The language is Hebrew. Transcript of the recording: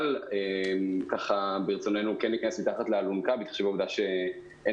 אבל ברצוננו להיכנס מתחת לאלונקה בשל העובדה שאין